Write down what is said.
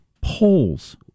Polls